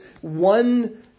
one